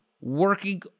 working